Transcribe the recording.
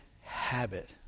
habit